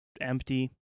empty